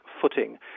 footing